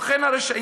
לא כן הרשעים